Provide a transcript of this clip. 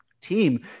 team